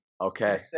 okay